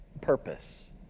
purpose